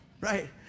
Right